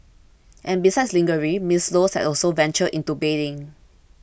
and besides lingerie Ms Low has also ventured into bedding